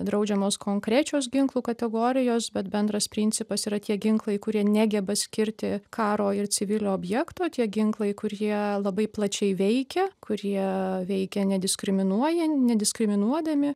draudžiamos konkrečios ginklų kategorijos bet bendras principas yra tie ginklai kurie negeba skirti karo ir civilių objektų tie ginklai kur jie labai plačiai veikia kurie veikia nediskriminuojan nediskriminuodami